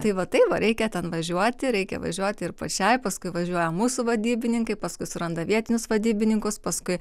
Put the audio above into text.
tai va taip va reikia ten važiuoti reikia važiuoti ir pačiai paskui važiuoja mūsų vadybininkai paskui suranda vietinius vadybininkus paskui